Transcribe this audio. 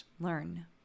learn